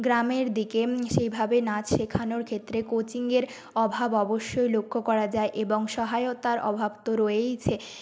গ্রামের দিকে সেইভাবে নাচ শেখানোর ক্ষেত্রে কোচিংয়ের অভাব অবশ্যই লক্ষ্য করা যায় এবং সহায়তার অভাব তো রয়েইছে